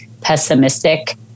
pessimistic